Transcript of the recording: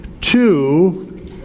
two